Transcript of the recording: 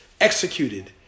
executed